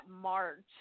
march